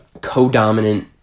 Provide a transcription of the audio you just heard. co-dominant